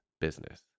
business